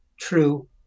true